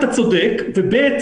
אתה צודק, ו-ב'.